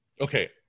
okay